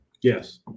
Yes